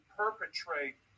perpetrate